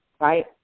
right